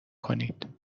کنید